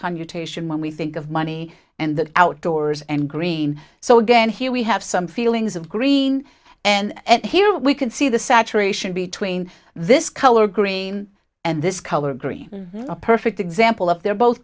connotation when we think of money and the outdoors and green so again here we have some feelings of green and here we can see the saturation between this color green and this color green a perfect example of they're both